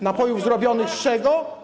Napojów zrobionych z czego?